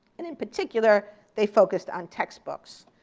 and in particular they focused on textbooks.